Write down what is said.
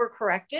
overcorrected